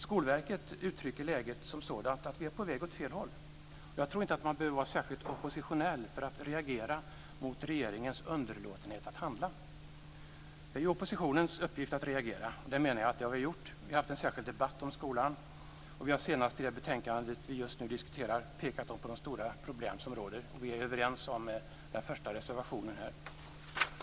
Skolverket uttrycker läget som så att vi är på väg åt fel håll. Jag tror inte att man behöver vara särskilt oppositionell för att reagera mot regeringens underlåtenhet att handla. Det är oppositionens uppgift att reagera, och det menar jag att vi har gjort. Vi har haft en särskild debatt om skolan, och vi har senast i det betänkande vi just nu diskuterar pekat på de stora problem som råder. Vi är överens om den första reservationen.